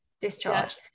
discharge